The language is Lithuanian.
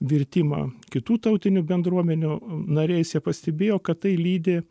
virtimą kitų tautinių bendruomenių nariais jie pastebėjo kad tai lydi